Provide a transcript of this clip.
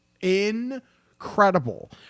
incredible